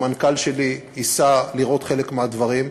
והמנכ"ל שלי ייסע לראות חלק מהדברים.